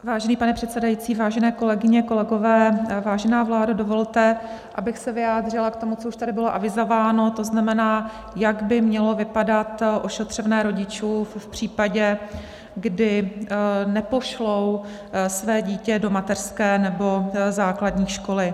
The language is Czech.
Vážený pane předsedající, vážené kolegyně, kolegové, vážená vládo, dovolte, abych se vyjádřila k tomu, co už tady bylo avizováno, to znamená, jak by mělo vypadat ošetřovné rodičů v případě, kdy nepošlou své dítě do mateřské nebo základní školy.